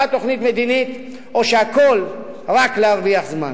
תוכנית מדינית או שהכול רק להרוויח זמן.